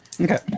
Okay